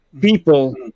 people